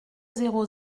zéro